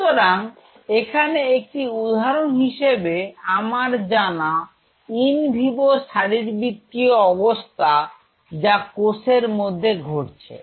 সুতরাং এখানে একটি উদাহরণ হিসেবে আমার জানা ইনভিভো শারীরবৃত্তীয় অবস্থা যা কোষের মধ্যে ঘটছে